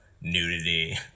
nudity